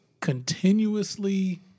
continuously